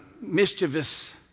mischievous